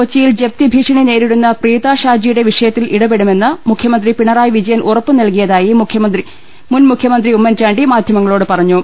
കൊച്ചിയിൽ ജപ്തിഭീഷണി നേരിടുന്ന പ്രീത ഷാജിയുടെ വിഷ യത്തിൽ ഇടപെടുമെന്ന് മുഖ്യമന്ത്രി പിണറായി വിജയൻ ഉറപ്പു നൽകിയതായി ഉമ്മൻചാണ്ടി മാധ്യമങ്ങളോട് പറഞ്ഞു